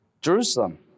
Jerusalem